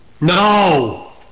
no